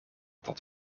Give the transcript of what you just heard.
tot